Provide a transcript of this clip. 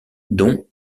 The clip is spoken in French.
dont